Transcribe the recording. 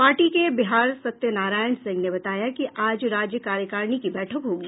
party के बिहार सचिव सत्य नारायण सिंह ने बताया कि आज राज्य कार्यकारिणी की बैठक होगी